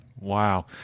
Wow